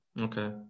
Okay